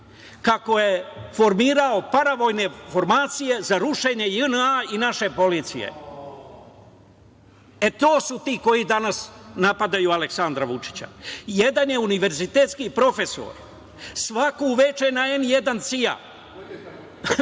kako je formirao paravojne formacije za rušenje JNA i naše policije. E, to su ti koji danas napadaju Aleksandra Vučića. Jedan je univerzitetski profesor, svako veče na N1 CIA,